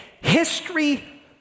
History